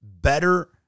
Better